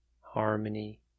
harmony